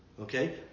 Okay